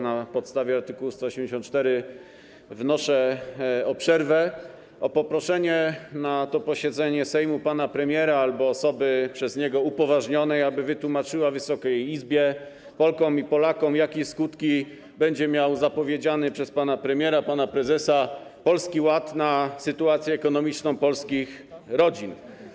Na podstawie art. 184 wnoszę o przerwę i o poproszenie na to posiedzenie Sejmu pana premiera albo osoby przez niego upoważnionej, aby wytłumaczyła Wysokiej Izbie, Polkom i Polakom, jakie skutki będzie miał zapowiedziany przez pana premiera i pana prezesa Polski Ład w odniesieniu do sytuacji ekonomicznej polskich rodzin.